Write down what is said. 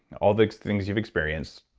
all the things you've experienced,